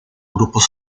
grupos